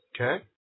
okay